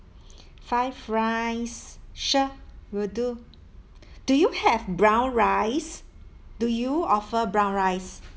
five rice sure will do do you have brown rice do you offer brown rice